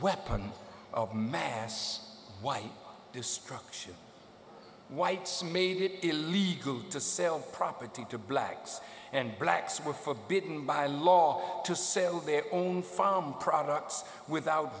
weapon of mass destruction whites made it illegal to sell property to blacks and blacks were forbidden by law to sell their own farm products without